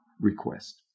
request